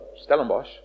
Stellenbosch